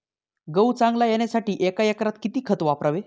गहू चांगला येण्यासाठी एका एकरात किती खत वापरावे?